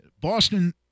Boston